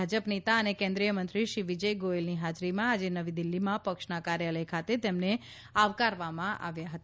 ભાજપ નેતા અને કેન્દ્રિયમંત્રી શ્રી વિજય ગોયલની હાજરીમાં આજે નવી દિલ્હીમાં પક્ષના કાર્યાલય ખાતે તેમને આવકારવામાં આવ્યા હતા